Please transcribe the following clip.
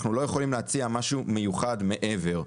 אנחנו לא יכולים להציע משהו מיוחד מעבר,